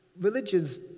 Religion's